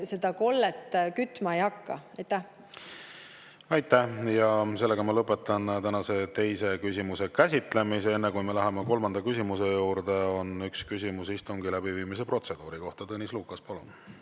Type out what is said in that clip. seda kollet kütma ei hakka. Aitäh! Ma lõpetan tänase teise küsimuse käsitlemise. Enne kui me läheme kolmanda küsimuse juurde, on üks küsimus istungi läbiviimise protseduuri kohta. Tõnis Lukas, palun!